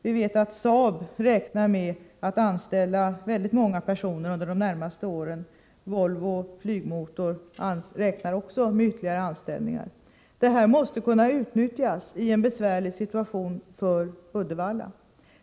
Vi vet att man på Saab räknar med att anställa väldigt många personer under de närmaste åren. Även vid Volvo Flygmotor räknar man med ytterligare anställningar. Det här måste kunna utnyttjas i en besvärlig situation för Uddevalla.